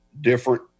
different